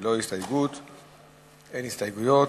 אין הסתייגויות.